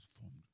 formed